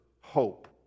hope